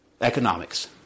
Economics